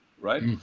Right